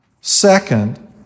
Second